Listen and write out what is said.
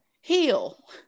heal